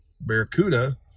Barracuda